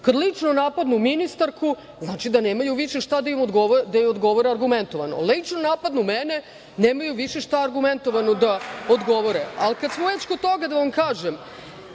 Kada lično napadnu ministarku znači da nemaju više šta da joj odgovore argumentovano. Lično napadnu mene, nemaju više šta argumentovano da odgovore, ali kada smo već kod toga, da vam kažem,